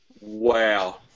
Wow